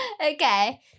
Okay